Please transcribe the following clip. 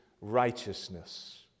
righteousness